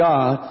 God